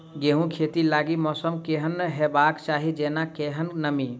गेंहूँ खेती लागि मौसम केहन हेबाक चाहि जेना केहन नमी?